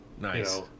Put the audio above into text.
nice